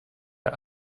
der